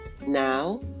Now